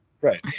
Right